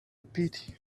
pity